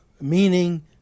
meaning